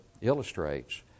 illustrates